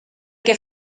que